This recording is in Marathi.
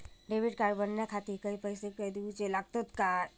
डेबिट कार्ड बनवण्याखाती पैसे दिऊचे लागतात काय?